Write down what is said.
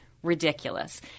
ridiculous